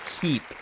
keep